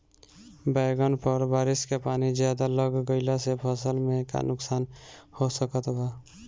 बैंगन पर बारिश के पानी ज्यादा लग गईला से फसल में का नुकसान हो सकत बा?